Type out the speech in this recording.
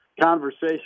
conversation